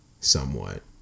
somewhat